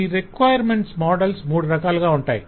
ఈ requirements models మూడు రకాలుగా ఉంటాయి